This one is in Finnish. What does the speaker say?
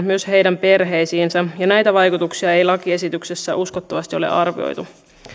myös heidän perheisiinsä ja näitä vaikutuksia ei lakiesityksessä uskottavasti ole arvioitu